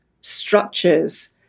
structures